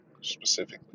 specifically